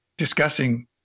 discussing